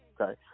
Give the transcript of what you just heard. Okay